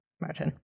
Martin